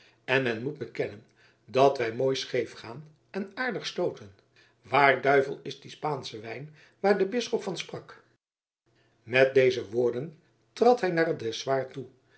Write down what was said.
en men moet bekennen dat wij mooi scheef gaan en aardig stooten waar duivel is die spaansche wijn waar de bisschop van sprak met deze woorden trad hij naar het dressoir toe